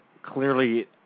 Clearly